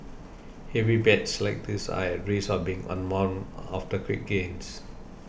heavy bets like this are at risk of being unwound after quick gains